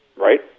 right